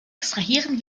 extrahieren